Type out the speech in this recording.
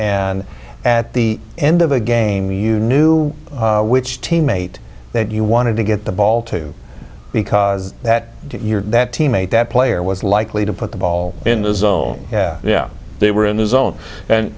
and at the end of the game you knew which teammate that you wanted to get the ball to because that you're that teammate that player was likely to put the ball in the zone yeah they were in the zone and